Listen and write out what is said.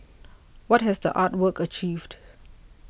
what has the art work achieved